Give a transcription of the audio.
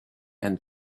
and